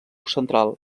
central